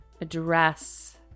Address